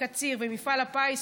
קציר ומפעל הפיס,